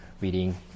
reading